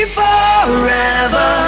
forever